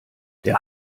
der